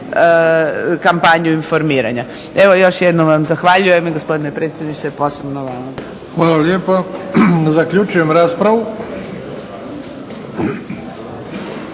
kampanju informiranja. Još jednom vam zahvaljujem i gospodine predsjedniče posebno vama. Hvala. **Bebić, Luka